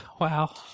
Wow